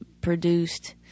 produced